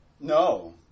No